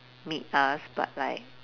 meet us but like